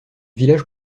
village